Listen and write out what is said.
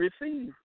receive